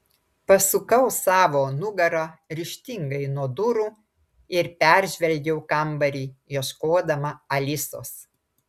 pasukau savo nugarą ryžtingai nuo durų ir peržvelgiau kambarį ieškodama alisos